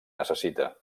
necessita